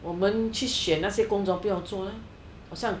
我们去选那些工作不要去做 leh 好像